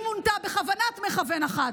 והיא מונתה בכוונת מכוון אחת.